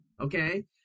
okay